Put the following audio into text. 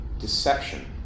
Deception